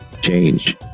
change